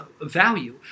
value